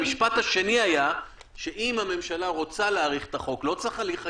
המשפט השני היה שאם הממשלה רוצה להאריך את החוק לא צריך הליך חקיקה,